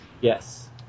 Yes